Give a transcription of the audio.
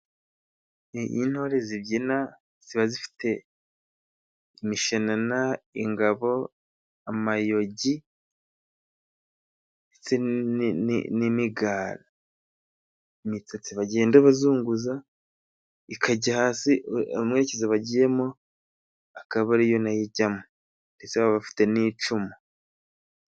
Iyo intore zibyina ziba zifite imishanana, ingabo, amayogi ndetse n'imigara. Imitsatsi bagenda bazunguza ikajya hasi amerekezo bagiyemo akaba ariyo nayo ijyamo. Ndetse baba bafite n'icumu.